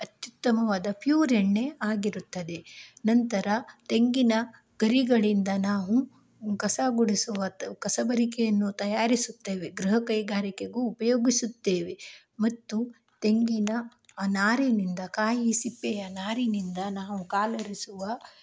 ಅತ್ಯುತ್ತಮವಾದ ಪ್ಯೂರ್ ಎಣ್ಣೆ ಆಗಿರುತ್ತದೆ ನಂತರ ತೆಂಗಿನ ಗರಿಗಳಿಂದ ನಾವು ಕಸ ಗುಡಿಸುವ ಕಸಬರಿಕೆಯನ್ನು ತಯಾರಿಸುತ್ತೇವೆ ಗೃಹ ಕೈಗಾರಿಕೆಗೂ ಉಪಯೋಗಿಸುತ್ತೇವೆ ಮತ್ತು ತೆಂಗಿನ ಆ ನಾರಿನಿಂದ ಕಾಯಿ ಸಿಪ್ಪೆಯ ನಾರಿನಿಂದ ನಾವು ಕಾಲೊರೆಸುವ